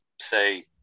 say